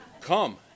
Come